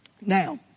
Now